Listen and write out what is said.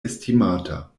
estimata